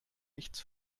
nichts